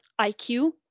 IQ